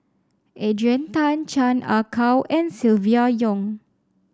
Adrian Tan Chan Ah Kow and Silvia Yong